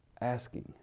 asking